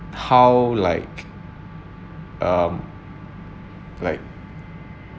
how like um like